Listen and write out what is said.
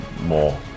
more